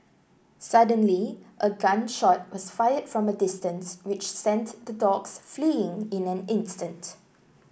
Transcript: suddenly a gun shot was fired from a distance which sent the dogs fleeing in an instant